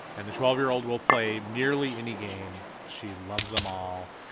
and the twelve year old will play nearly any game. she loves them all.